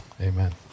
Amen